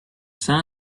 sand